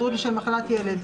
היעדרות בשל מחלת ילד.